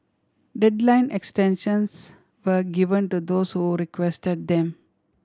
deadline extensions were given to those who requested them